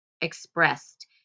expressed